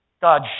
God